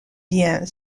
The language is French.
bien